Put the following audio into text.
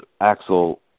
Axel